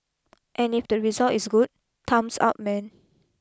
and if the result is good thumbs up man